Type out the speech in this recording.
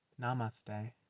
Namaste